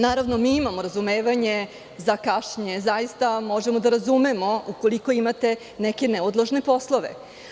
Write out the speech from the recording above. Naravno, mi imamo razumevanje za kašnjenje zaista, ali možemo da razumemo ukoliko imate neke neodložne poslove.